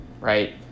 right